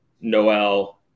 Noel